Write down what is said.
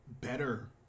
better